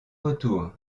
retour